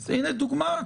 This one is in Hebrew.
אז הנה דוגמה,